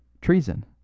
treason